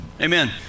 Amen